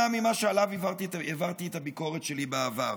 ממה שעליו העברתי את הביקורת שלי בעבר.